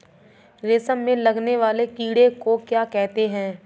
रेशम में लगने वाले कीड़े को क्या कहते हैं?